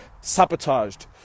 sabotaged